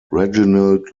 reginald